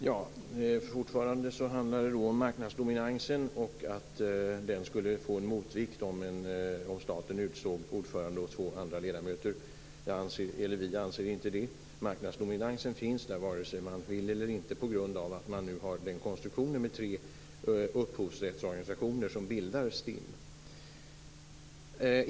Herr talman! Det handlar fortfarande om att marknadsdominansen skulle få en motvikt, om staten utser ordförande och två andra ledamöter. Vi anser inte det. Marknadsdominansen finns där, vare sig man vill det eller inte, genom konstruktionen med tre upphovsrättsorganisationer som bildar STIM.